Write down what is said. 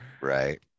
right